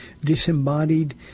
disembodied